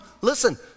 listen